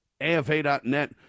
AFA.net